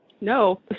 No